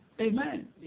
Amen